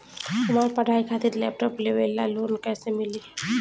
हमार पढ़ाई खातिर लैपटाप लेवे ला लोन कैसे मिली?